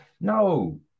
No